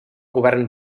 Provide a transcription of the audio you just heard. govern